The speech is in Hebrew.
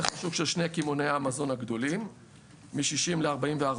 השוק של שני קמעונאי המזון הגדולים מ-60% ל-44%.